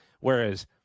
Whereas